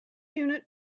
unit